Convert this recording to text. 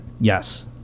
Yes